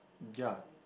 ya